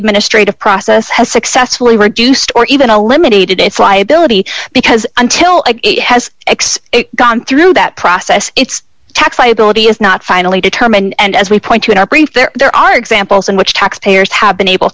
administrative process has successfully reduced or even a limited its liability because until it has x gone through that process it's tax liability is not finally determined and as we point to in our brief there there are examples in which tax payers have been able